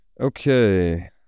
Okay